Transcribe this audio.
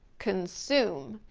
consume.